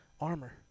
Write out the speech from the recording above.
armor